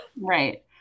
Right